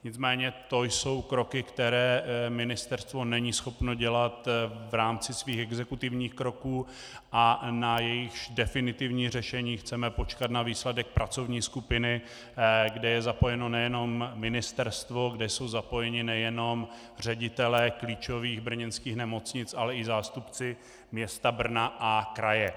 Nicméně to jsou kroky, které ministerstvo není schopno dělat v rámci svých exekutivních kroků a na jejichž definitivní řešení chceme počkat na výsledek pracovní skupiny, kde je zapojeno nejen ministerstvo, kde jsou zapojeni nejen ředitelé klíčových brněnských nemocnic, ale i zástupci města Brna a kraje.